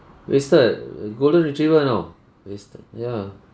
wasted err golden retriever know wasted ya